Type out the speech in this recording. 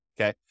okay